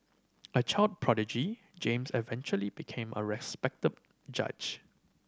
a child prodigy James eventually became a respected judge